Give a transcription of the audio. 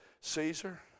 Caesar